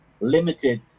limited